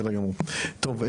טוב,